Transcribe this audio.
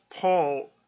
Paul